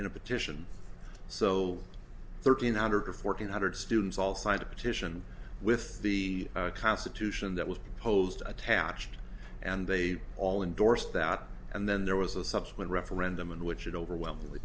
in a petition so thirteen hundred fourteen hundred students all signed a petition with the constitution that was proposed attached and they all endorsed that and then there was a subsequent referendum in which it overwhelmingly